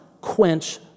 quench